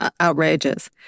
Outrageous